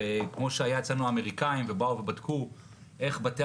וכמו שהיו אצלנו האמריקאים שבאו ובדקו איך בתי